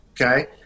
Okay